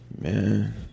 Man